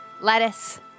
Lettuce